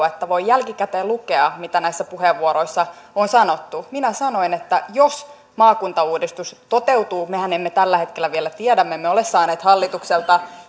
että voi jälkikäteen lukea mitä näissä puheenvuoroissa on sanottu minä sanoin että jos maakuntauudistus toteutuu mehän emme tällä hetkellä vielä tiedä me emme ole saaneet hallitukselta